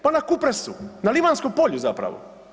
Pa na Kupresu, na Livanjskom polju zapravo.